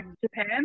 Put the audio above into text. Japan